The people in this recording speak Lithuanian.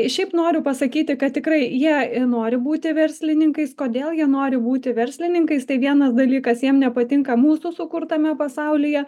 šiaip noriu pasakyti kad tikrai jie nori būti verslininkais kodėl jie nori būti verslininkais tai vienas dalykas jiem nepatinka mūsų sukurtame pasaulyje